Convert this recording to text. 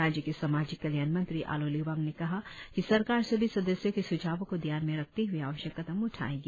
राज्य के समाज कल्याण मंत्री आलो लिबांग ने कहा कि सरकार सभी सदस्यों के स्झावों को ध्यान में रखते हुए आवश्यक कदम उठायेगी